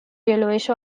yellowish